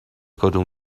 کدوم